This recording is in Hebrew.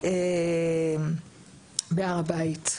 בהר הבית?